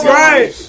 right